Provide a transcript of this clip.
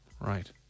Right